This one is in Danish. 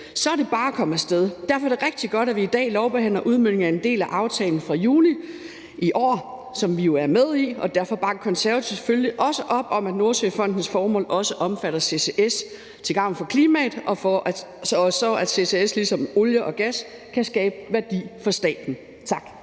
så er det bare at komme af sted. Derfor er det rigtig godt, at vi i dag lovbehandler udmøntningen af en del af aftalen fra juni i år, som vi jo er med i, og derfor bakker Konservative selvfølgelig også op om, at Nordsøfondens formål også omfatter CCS til gavn for klimaet, så CCS ligesom olie og gas kan skabe værdi for staten. Tak.